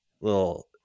little